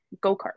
go-kart